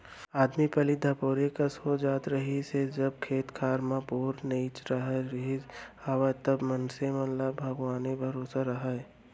आदमी पहिली धपोरे कस हो जात रहिस हे जब खेत खार म बोर नइ राहत रिहिस हवय त मनसे मन ह भगवाने भरोसा राहय